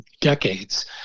decades